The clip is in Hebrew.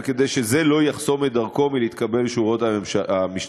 וכדי שזה לא יחסום את דרכו מלהתקבל לשורות המשטרה.